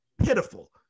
pitiful